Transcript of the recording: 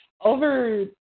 over